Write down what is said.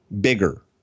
bigger